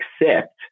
accept